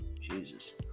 Jesus